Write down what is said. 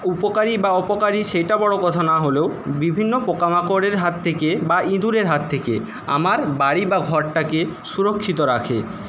উপকারী বা অপকারী সেইটা বড়ো কথা না হলেও বিভিন্ন পোকামাকড়ের হাত থেকে বা ইঁদুরের হাত থেকে আমার বাড়ি বা ঘরটাকে সুরক্ষিত রাখে